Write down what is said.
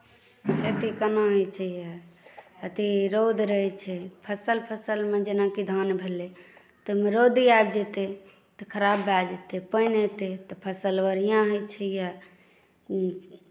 अथी केना होइत छै यए अथी रौद रहैत छै फसल फसलमे जेनाकि धान भेलै ताहिमे रौदी आबि जेतै तऽ खराब भए जेतै पानि एतै तऽ फसल बढ़िआँ होइत छै यए